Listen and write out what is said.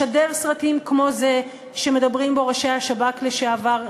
לשדר סרטים כמו זה שמדברים בו ראשי השב"כ לשעבר,